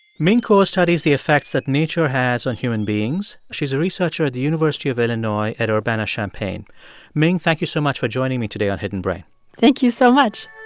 ming kuo studies the effects that nature has on human beings. she's a researcher at the university of illinois at urbana-champaign ming, thank you so much for joining me today on hidden brain thank you so much